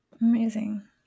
amazing